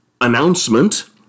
announcement